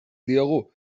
diogu